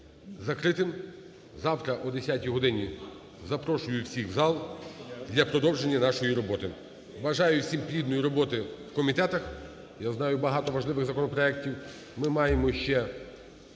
закритим. Завтра о 10 годині запрошую всіх у зал для продовження нашої роботи. Бажаю всім плідної роботи у комітетах. Я знаю, багато важливих законопроектів. Ми маємо ще